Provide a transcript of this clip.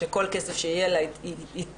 שכל כסף שיהיה לה ייצא,